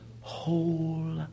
whole